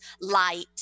light